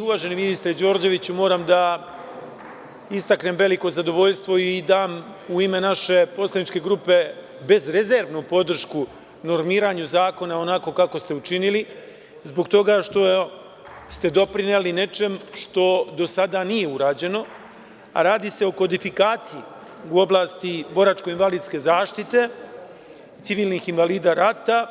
Uvaženi ministre Đorđeviću, moram da istaknem veliko zadovoljstvo i dam u ime naše poslaničke grupe bezrezervnu podršku normiranju zakona onako ste učinili, zbog toga što ste doprineli nečemu što do sada nije urađeno, a radi se o kodifikaciji u oblasti boračko-invalidske zaštite, civilnih invalida rata,